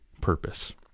purpose